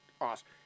awesome